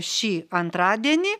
šį antradienį